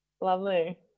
lovely